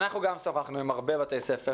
אנחנו גם שוחחנו עם הרבה בתי ספר